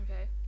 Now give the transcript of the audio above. okay